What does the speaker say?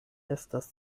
estas